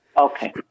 Okay